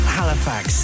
Halifax